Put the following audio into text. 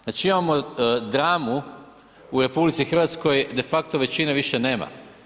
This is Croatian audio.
Znači imamo dramu u RH de facto većine više nema.